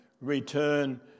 return